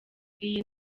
iyi